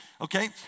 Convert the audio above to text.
okay